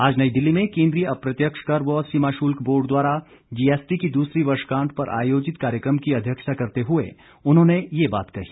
आज नई दिल्ली में केन्द्रीय अप्रत्यक्ष कर व सीमा शुल्क बोर्ड द्वारा जीएसटी की दूसरी वर्षगांठ पर आयोजित कार्यक्रम की अध्यक्षता करते हुए उन्होंने ये बात कही